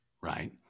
right